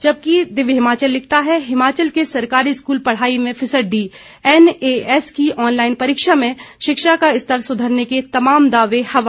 जबकि दिव्य हिमाचल लिखता है हिमाचल के सरकारी स्कूल पढ़ाई में फिसड्डी एनएएस की ऑनलाईन परीक्षा में शिक्षा का स्तर सुधरने के तमाम दावे हवा